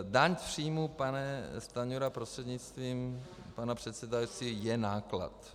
Daň z příjmů, pane Stanjuro prostřednictvím pana předsedající, je náklad.